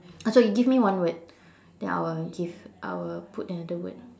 uh so you give me one word then I will give I will put another word